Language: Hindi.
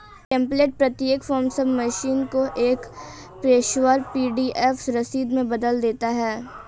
टेम्प्लेट प्रत्येक फॉर्म सबमिशन को एक पेशेवर पी.डी.एफ रसीद में बदल देता है